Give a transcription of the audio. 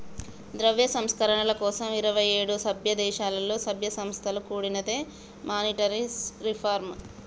ద్రవ్య సంస్కరణల కోసం ఇరవై ఏడు సభ్యదేశాలలో, సభ్య సంస్థలతో కూడినదే మానిటరీ రిఫార్మ్